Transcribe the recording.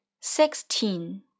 Sixteen